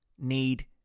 need